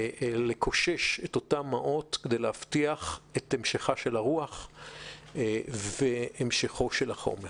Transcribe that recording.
לקושש את אותן מעות ולהבטיח את המשכה של הרוח והמשכו של החומר.